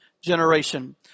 generation